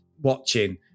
watching